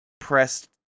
pressed